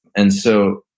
and so,